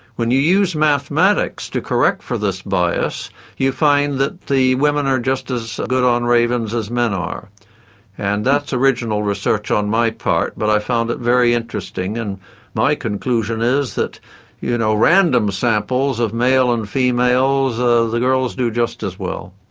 when you use mathematics to correct for this bias you find that the women are just as good on raven's as men are and that's original research on my part but i found it very interesting and my conclusion is that you know random samples of males and females ah the girls do just as well.